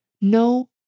No